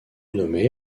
nommée